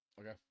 Okay